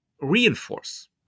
reinforce